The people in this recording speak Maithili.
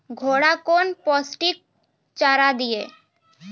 घोड़ा कौन पोस्टिक चारा दिए?